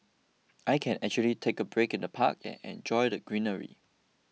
I can actually take a break in the park and enjoy the greenery